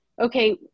okay